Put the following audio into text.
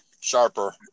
sharper